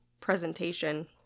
presentation